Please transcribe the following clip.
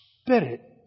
Spirit